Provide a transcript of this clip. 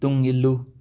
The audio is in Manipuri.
ꯇꯨꯡ ꯏꯜꯂꯨ